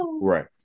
Right